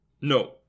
No